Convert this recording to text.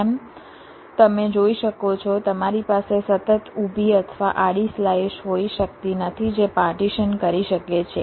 જેમ તમે જોઈ શકો છો તમારી પાસે સતત ઊભી અથવા આડી સ્લાઈસ હોઈ શકતી નથી જે પાર્ટીશન કરી શકે છે